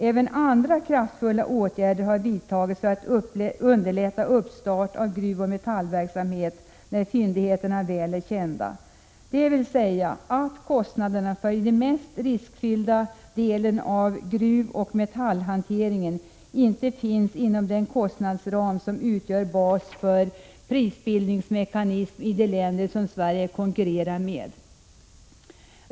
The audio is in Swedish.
Även andra kraftfulla åtgärder har vidtagits för att underlätta startandet av gruvoch metallverksamhet, när fyndigheterna väl är kända. Kostnaderna för den mest riskfyllda delen av gruvoch metallhanteringen finns alltså inte inom den kostnadsram som utgör basen för prisbildningsmekanismen i de länder som Sverige konkurrerar med.